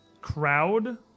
crowd